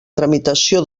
tramitació